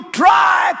try